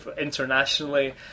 internationally